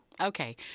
Okay